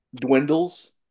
dwindles